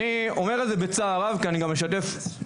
אני אומר את זה בצער רב כי אני גם משתף פעולה